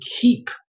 keep